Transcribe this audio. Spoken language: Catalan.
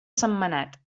sentmenat